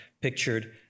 pictured